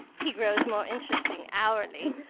he grows more interesting hourly.